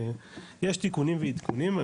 יש תיקונים ועדכונים,